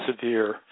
severe